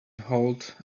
hold